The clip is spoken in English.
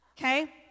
Okay